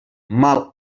mal